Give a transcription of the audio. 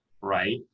right